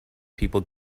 people